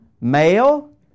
male